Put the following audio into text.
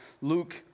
Luke